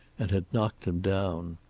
and had knocked him down.